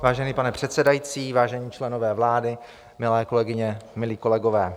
Vážený pane předsedající, vážení členové vlády, milé kolegyně, milí kolegové.